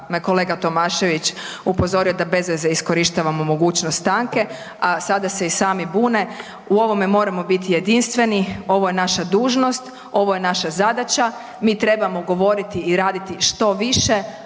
me kolega Tomašević upozorio da bez veze iskorištavamo mogućnost stanke, a sada se i sami bune. U ovome moramo biti jedinstveni, ovo je naša dužnost, ovo je naša zadaća, mi trebamo govoriti i raditi što više,